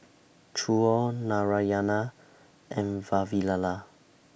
Choor Narayana and Vavilala